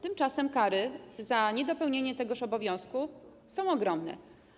Tymczasem kary za niedopełnienie tegoż obowiązku są ogromne.